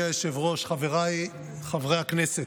אדוני היושב-ראש, חבריי חברי הכנסת,